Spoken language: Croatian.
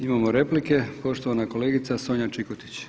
Imamo replike, poštovana kolegica Sonja Čikotić.